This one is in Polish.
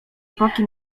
epoki